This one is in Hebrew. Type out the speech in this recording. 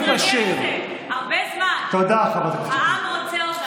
הרבה זמן, העם רוצה אותנו.